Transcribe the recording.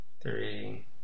three